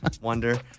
wonder